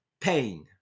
pain